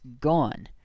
gone